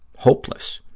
hopeless,